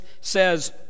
says